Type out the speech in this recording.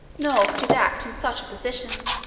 nor could it act in such a position.